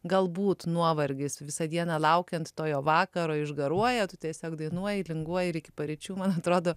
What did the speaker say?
galbūt nuovargis visą dieną laukiant to jau vakaro išgaruoja tu tiesiog dainuoji linguoji ir iki paryčių man atrodo